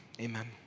Amen